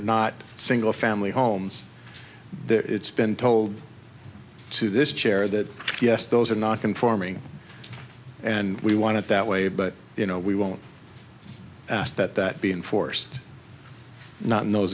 not single family homes there it's been told to this chair that yes those are not conforming and we wanted that way but you know we won't ask that that be enforced not